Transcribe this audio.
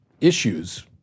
issues